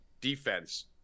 defense